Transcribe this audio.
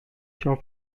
soft